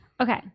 Okay